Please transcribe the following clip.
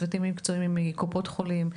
הצוותים המקצועיים כוללים את קופות החולים,